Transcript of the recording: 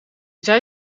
zij